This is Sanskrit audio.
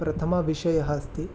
प्रथमविषयः अस्ति